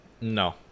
no